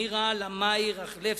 נירה לאמעי-רכלבסקי,